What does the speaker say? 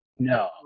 No